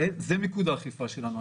זה מיקוד האכיפה שלנו.